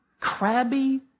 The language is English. crabby